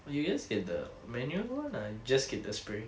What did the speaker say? or you just get the manual one lah just get the spray